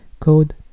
Code